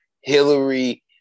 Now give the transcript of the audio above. Hillary